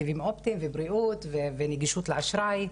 וסיבים אופטיים ובריאות ונגישות לאשראי,